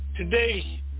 Today